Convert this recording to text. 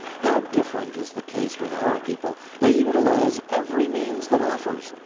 how different is the case with our people they utilize every means that offers.